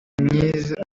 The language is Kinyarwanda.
myiza